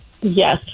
yes